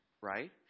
Right